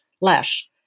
lash